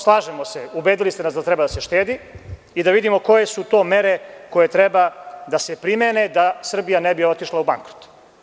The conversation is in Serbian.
Slažemo se, ubedili ste nas da treba da se štedi i da vidimo koje su to mere koje treba da se primene da Srbija ne bi otišla u bankrot.